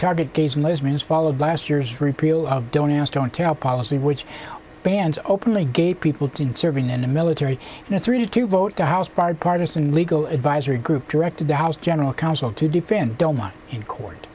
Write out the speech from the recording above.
target gays and lesbians followed last year's repeal of don't ask don't tell policy which bans openly gay people to serve in the military and it's ready to vote the house bipartisan legal advisory group directed to house general counsel to defend doma in court